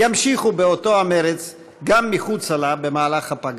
ימשיכו באותו המרץ גם מחוצה לה במהלך הפגרה.